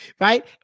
right